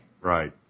Right